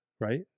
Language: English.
right